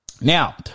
now